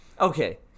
Okay